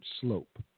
slope